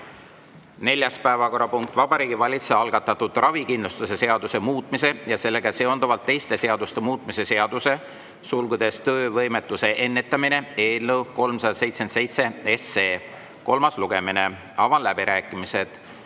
Neljas päevakorrapunkt: Vabariigi Valitsuse algatatud ravikindlustuse seaduse muutmise ja sellega seonduvalt teiste seaduste muutmise seaduse (töövõimetuse ennetamine) eelnõu 377 kolmas lugemine. Avan läbirääkimised.